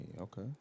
Okay